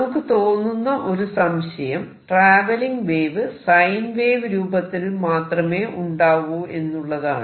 നമുക്ക് തോന്നുന്ന ഒരു സംശയം ട്രാവെല്ലിങ് വേവ് സൈൻ വേവ് രൂപത്തിൽ മാത്രമേ ഉണ്ടാവൂ എന്നുള്ളതാണ്